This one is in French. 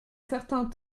certain